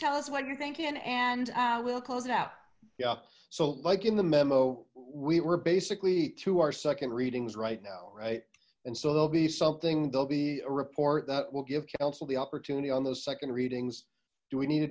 tell us what you're thinking and we'll close it out yeah so like in the memo we were basically to our second readings right now right and so there'll be something there'll be a report that will give counsel the opportunity on those second readings do we need to